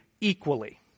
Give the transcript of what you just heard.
equally